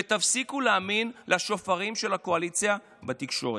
ותפסיקו להאמין לשופרות של הקואליציה בתקשורת.